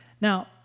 Now